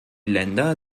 länder